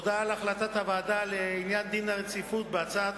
הודעה על החלטת הוועדה לעניין דין רציפות בהצעת